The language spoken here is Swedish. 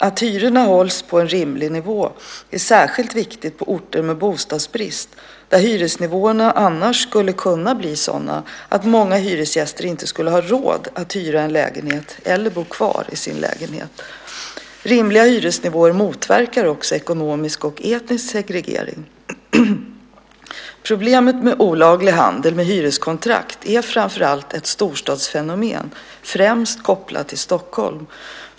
Att hyrorna hålls på en rimlig nivå är särskilt viktigt på orter med bostadsbrist, där hyresnivåerna annars skulle kunna bli sådana att många hyresgäster inte skulle ha råd att hyra en lägenhet eller bo kvar i sin lägenhet. Rimliga hyresnivåer motverkar också ekonomisk och etnisk segregering. Problemet med olaglig handel med hyreskontrakt är framför allt ett storstadsfenomen, främst kopplat till Stockholm.